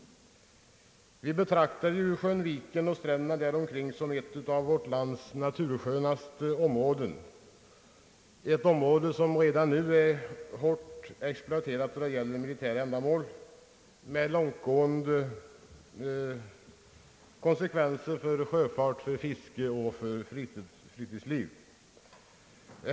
Vi betraktar sjön Vättern och stränderna däromkring som ett av vårt lands naturskönaste områden, ett område som redan nu är hårt exploaterat för militära ändamål, med långtgående konsekvenser för sjöfart, fiske och fritidsliv.